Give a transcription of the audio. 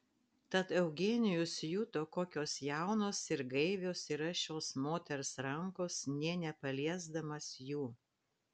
tad eugenijus juto kokios jaunos ir gaivios yra šios moters rankos nė nepaliesdamas jų